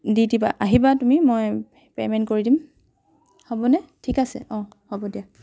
দি দিবা আহিবা তুমি মই পে'মেণ্ট কৰি দিম হ'বনে ঠিক আছে অঁ হ'ব দিয়া